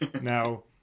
now